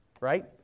right